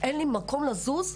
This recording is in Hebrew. ואין לי מקום לזוז,